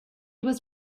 was